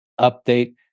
update